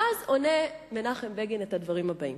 ואז עונה מנחם בגין את הדברים האלה: